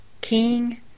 king